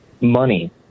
money